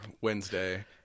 Wednesday